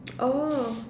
oh